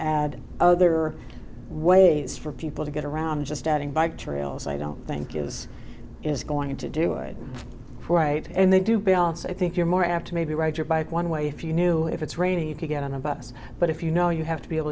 add other ways for people to get around just adding bike trails i don't think is is going to do it right and they do but also i think you're more apt to maybe ride your bike one way if you knew if it's raining you can get on a bus but if you know you have to be able